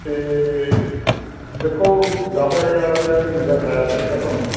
ਅਤੇ ਦੇਖੋ ਦਸ ਹਜ਼ਾਰ ਰੁਪਇਆ ਮਹੀਨੇ ਦਾ ਕਿਰਾਇਆ ਪਏਗਾ ਤੁਹਾਨੂੰ